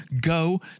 Go